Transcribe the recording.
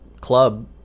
club